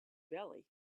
belly